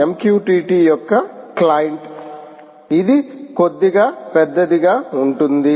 MQTT యొక్క client ఇది కొద్దిగా పెద్దదిగా ఉంటుంది